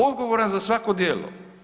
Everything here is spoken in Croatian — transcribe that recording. Odgovoran za svako djelo.